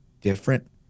different